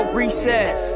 recess